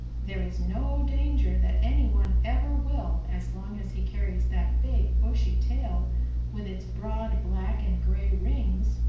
there is no danger that any one ever will as long as he carries that big, bushy tail with its broad black and gray rings.